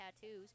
tattoos